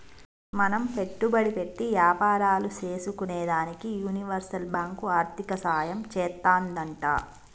మనం పెట్టుబడి పెట్టి యాపారాలు సేసుకునేదానికి యూనివర్సల్ బాంకు ఆర్దికంగా సాయం చేత్తాదంట